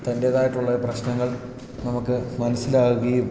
തൻ്റെതായിട്ടുള്ള ഒരു പ്രശ്നങ്ങൾ നമുക്ക് മനസ്സിലാകുകയും